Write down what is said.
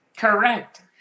Correct